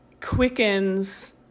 quickens